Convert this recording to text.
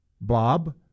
Bob